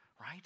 right